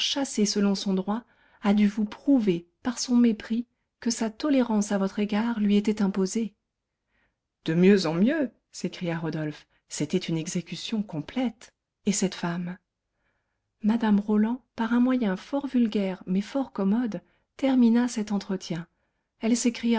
selon son droit a dû vous prouver par son mépris que sa tolérance à votre égard lui était imposée de mieux en mieux s'écria rodolphe c'était une exécution complète et cette femme mme roland par un moyen fort vulgaire mais fort commode termina cet entretien elle s'écria